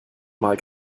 mal